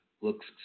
looks